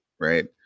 right